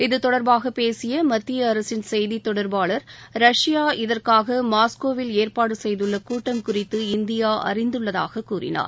இது தொடர்பாக பேசிய மத்திய அரசின் செய்தித் தொடர்பாளர் ரஷ்யா இதற்காக மாஸ்கோவில் ஏற்பாடு செய்துள்ள கூட்டம் குறித்து இந்தியா அறிந்துள்ளதாக கூறினார்